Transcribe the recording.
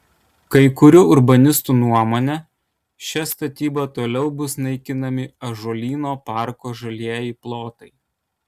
kai kurių urbanistų nuomone šia statyba toliau bus naikinami ąžuolyno parko žalieji plotai